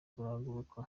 turagaruka